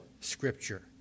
scripture